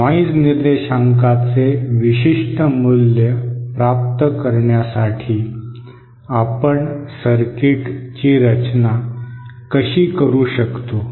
noise निर्देशांकाचे विशिष्ट मूल्य प्राप्त करण्यासाठी आपण सर्किटची रचना कशी करू शकतो